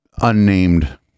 unnamed